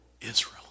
Israel